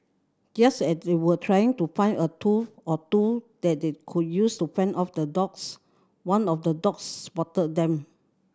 just as they were trying to find a tool or two that they could use to fend off the dogs one of the dogs spotted them